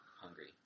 hungry